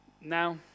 now